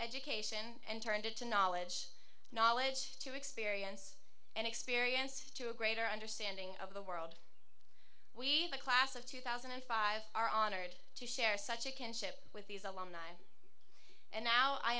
education and turned it to knowledge knowledge to experience and experience to a greater understanding of the world we the class of two thousand and five are honored to share such a kinship with these alumni and now i